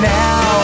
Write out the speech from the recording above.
now